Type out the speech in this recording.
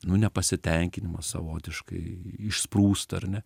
nu nepasitenkinimas savotiškai išsprūsta ar ne